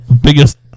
biggest